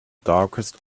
darkest